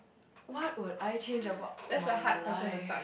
what would I change about my life